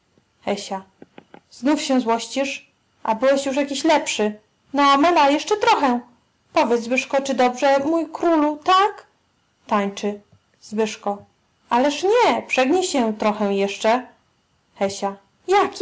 znów się złościsz a byłeś już jakiś lepszy no mela jeszcze trochę powiedz zbyszko czy dobrze mój królu tak tańczy ależ nie przegnij się trochę jeszcze